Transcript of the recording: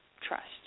trust